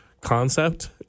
concept